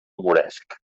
moresc